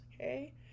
Okay